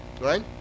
Right